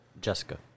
Jessica